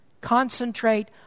Concentrate